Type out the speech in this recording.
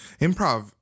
Improv